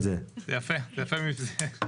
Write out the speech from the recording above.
בין חמש ל-10, ל-15 שנים, זה רוב העסקים.